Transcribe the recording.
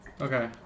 Okay